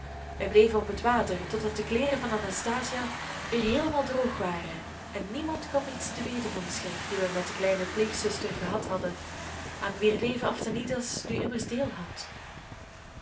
wij bleven op het water totdat de kleeren van anastasia weer heelemaal droog waren en niemand kwam iets te weten van den schrik dien wij met de kleine pleegzuster gehad hadden aan wier leven aphtanides nu immers deel had